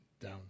down